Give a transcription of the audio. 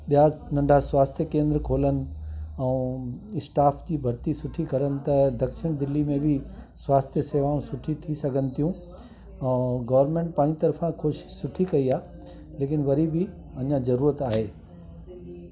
ॿिया नंढा स्वास्थ्य केंद्र खोलनि ऐं स्टाफ जी भरती सुठी कनि त दक्षिण दिल्ली में बि स्वास्थ्य सेवाऊं सुठी थी सघनि थियूं ऐं गवरमेंट पंहिंजी तर्फ़ा कोशिशि सुठी कई आ लेकिन वरी बि अञा ज़रूरुत आहे